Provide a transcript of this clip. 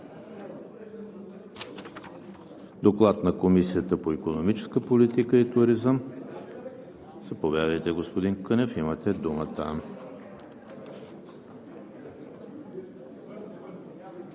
Доклад на Комисията по икономическа политика и туризъм. Заповядайте, господин Кънев, имате думата.